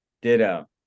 Ditto